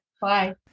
Bye